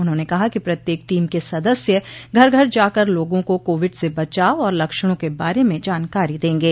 उन्होंने कहा कि प्रत्येक टीम के सदस्य घर घर जाकर लोगों को कोविड से बचाव और लक्षणों के बारे में जानकारी देंगे